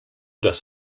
das